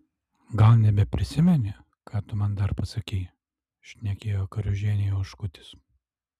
gal nebeprisimeni ką tu man dar pasakei šnekėjo karužienei oškutis